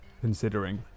considering